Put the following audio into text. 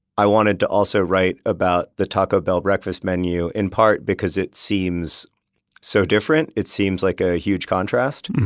i wanted to also write about the taco bell breakfast menu, in part, because it seems so different. it seems like a huge contrast.